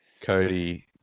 Cody